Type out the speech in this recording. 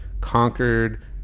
conquered